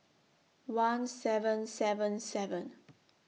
one seven seven seven